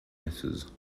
misses